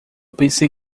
pensei